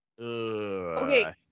Okay